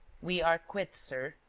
we are quits, sir,